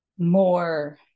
more